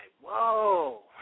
whoa